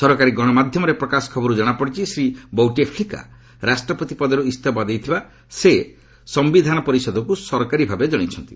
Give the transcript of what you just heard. ସରକାରୀ ଗଣମାଧ୍ୟମରେ ପ୍ରକାଶ ଖବରରୁ ଜଣାପଡ଼ିଛି ଶ୍ରୀ ବୌଟେଫ୍ଲିକା ରାଷ୍ଟ୍ରପତି ପଦରୁ ଇସ୍ତଫା ଦେଇଥିବା ସେ ସମ୍ଭିଧାନ ପରିଷଦକୁ ସରକାରୀ ଭାବେ ଜଣାଇଛନ୍ତି